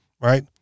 right